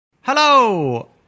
Hello